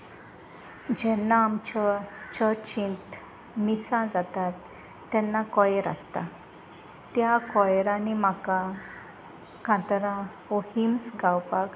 जेन्ना आमच्या चर्चींत मिसां जातात तेन्ना कोयर आसता त्या कोयरांनी म्हाका कांतारां हो हिम्स गावपाक